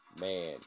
Man